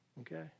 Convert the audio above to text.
Okay